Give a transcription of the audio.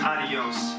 Adios